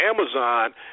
Amazon